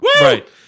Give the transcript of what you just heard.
right